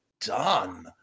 done